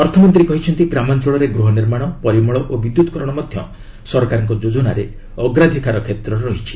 ଅର୍ଥମନ୍ତ୍ରୀ କହିଛନ୍ତି ଗ୍ରାମାଞ୍ଚଳରେ ଗୃହ ନିର୍ମାଣ ପରିମଳ ଓ ବିଦ୍ୟୁତିକରଣ ମଧ୍ୟ ସରକାରଙ୍କ ଯୋଜନାରେ ଅଗ୍ରାଧିକାର କ୍ଷେତ୍ର ରହିଛି